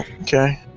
Okay